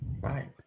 Right